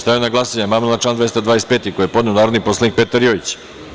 Stavljam na glasanje amandman na član 225. koji je podneo narodni poslanik Petar Jojić.